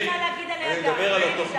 מירי, מירי,